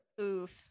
Oof